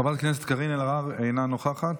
חברת הכנסת קארין אלהרר, אינה נוכחת,